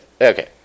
okay